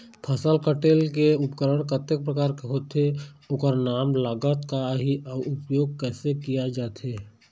फसल कटेल के उपकरण कतेक प्रकार के होथे ओकर नाम लागत का आही अउ उपयोग कैसे किया जाथे?